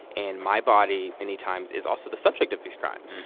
and my body, many times, is also the subject of these crimes.